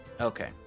Okay